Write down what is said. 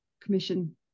Commission